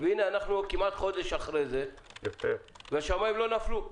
והנה אנחנו כמעט חודש אחרי זה והשמיים לא נפלו.